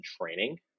training